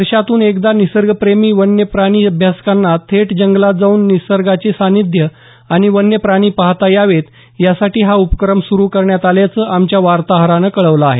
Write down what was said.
वर्षातून एकदा निसर्गप्रेमी वन्यप्राणी अभ्यासकांना थेट जंगलात जाऊन निसर्गाचे सानिध्य आणि वन्यप्राणी पाहता यावेत यासाठी हा उपक्रम सुरू करण्यात आल्याचं आमच्या वार्ताहरानं कळवलं आहे